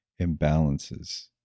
imbalances